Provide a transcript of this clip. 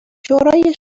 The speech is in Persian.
شورای